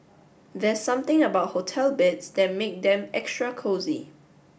there's something about hotel beds that make them extra cosy